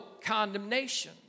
condemnation